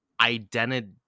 identity